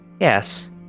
Yes